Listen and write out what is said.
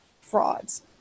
frauds